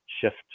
shift